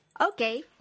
Okay